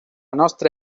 nostra